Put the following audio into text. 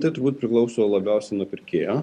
tai turbūt priklauso labiausiai nuo pirkėjo